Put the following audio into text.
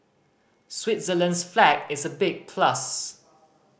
Switzerland's flag is a big plus